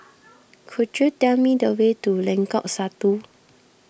could you tell me the way to Lengkok Satu